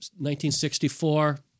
1964